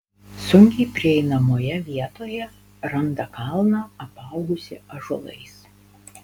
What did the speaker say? sunkiai prieinamoje vietoje randa kalną apaugusį ąžuolais